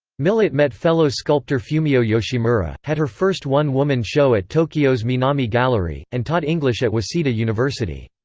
millett met fellow sculptor fumio yoshimura, had her first one-woman show at tokyo's minami gallery, and taught english at waseda university.